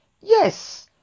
yes